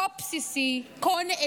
כה בסיסי,